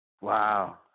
Wow